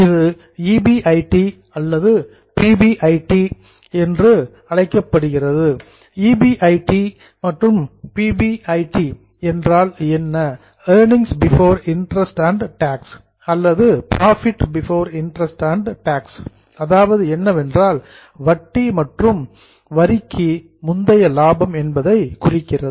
இது ஈபிஐடி அல்லது PBIT EBIT அல்லது பிபிஐடி என்றால் earnings before interest and tax அல்லது profit before interest and tax வட்டி மற்றும் வரிக்கு முந்தைய லாபம் என்பதை குறிக்கிறது